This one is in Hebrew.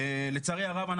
לצערי הרב,